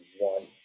one